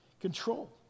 control